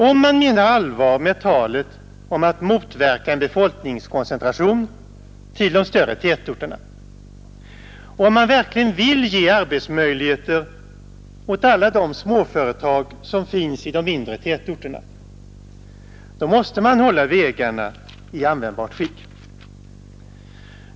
Om man menar allvar med talet om att motverka en befolkningskoncentration till de större tätorterna och verkligen vill ge arbetsmöjligheter åt alla de småföretag som finns i de mindre tätorterna måste man hålla vägarna i användbart skick.